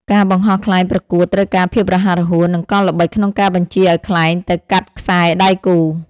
ការបង្ហោះខ្លែងប្រកួតត្រូវការភាពរហ័សរហួន និងកលល្បិចក្នុងការបញ្ជាឱ្យខ្លែងទៅកាត់ខ្សែដៃគូ។